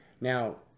Now